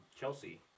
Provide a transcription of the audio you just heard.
Chelsea